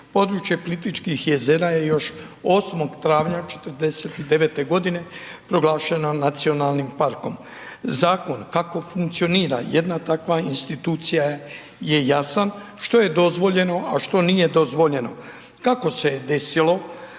Područje Plitvičkih jezera je još 8. travnja '49. proglašeno nacionalnim parkom. Zakon kako funkcionira jedna takva institucija je jasan, što je dozvoljeno a što nije dozvoljeno? Kako se je desilo